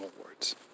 awards